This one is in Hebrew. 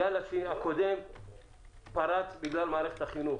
הגל הקודם פרץ בגלל מערכת החינוך